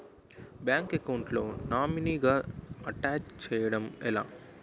Bank account లో నామినీగా attach చేయడం ఎలా?